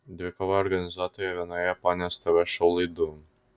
dvikovą organizuotoje vienoje japonijos tv šou laidų